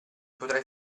potrai